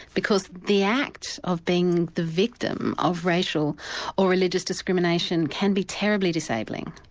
because the act of being the victim of racial or religious discrimination, can be terribly disabling,